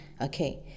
okay